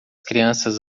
crianças